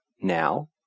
now